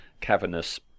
cavernous